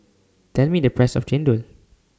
Tell Me The Price of Chendol